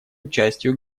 участию